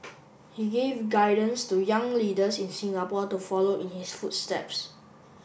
he give guidance to young leaders in Singapore to follow in his footsteps